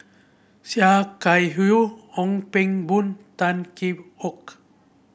Sia Kah Hui Ong Pang Boon Tan Kee